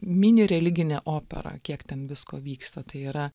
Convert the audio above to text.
mini religinė opera kiek ten visko vyksta tai yra